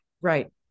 right